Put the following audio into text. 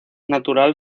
natural